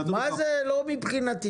לא "מבחינתי".